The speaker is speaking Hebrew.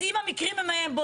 אז אם המקרים הם בודדים,